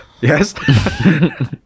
Yes